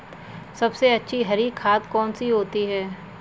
सबसे अच्छी हरी खाद कौन सी होती है?